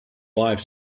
live